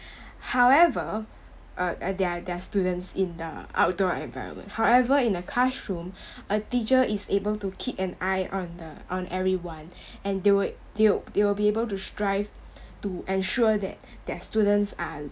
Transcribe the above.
however uh there are there are students in the outdoor environment however in the classroom a teacher is able to keep an eye on the on everyone and they would they will they will be able to strive to ensure that that students are